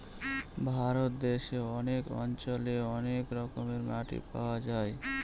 ভারত দেশে অনেক অঞ্চলে অনেক রকমের মাটি পাওয়া যায়